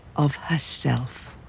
of herself.